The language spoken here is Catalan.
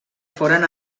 foren